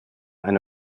eine